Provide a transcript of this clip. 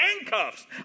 handcuffs